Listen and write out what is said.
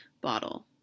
bottle